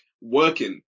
working